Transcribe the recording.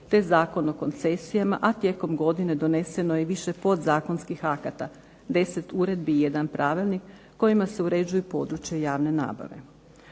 te Zakon o koncesijama, a tijekom godine doneseno je i više podzakonskih akata, 10 uredbi i jedan pravilnik kojima se uređuje područje javne nabave.